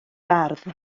bardd